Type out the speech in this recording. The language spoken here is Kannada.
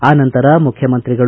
ಆ ನಂತರ ಮುಖ್ಯಮಂತ್ರಿಗಳು